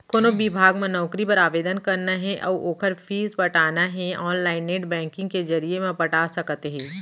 कोनो बिभाग म नउकरी बर आवेदन करना हे अउ ओखर फीस पटाना हे ऑनलाईन नेट बैंकिंग के जरिए म पटा सकत हे